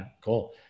cool